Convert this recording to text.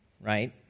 right